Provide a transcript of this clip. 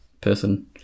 person